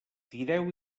tireu